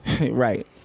Right